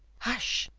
hush!